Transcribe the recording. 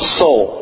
soul